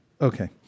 Okay